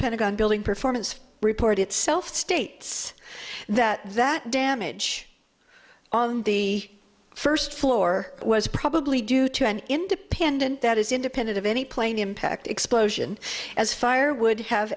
pentagon building performance report itself states that that damage on the first floor was probably due to an independent that is independent of any plane impact explosion as fire would have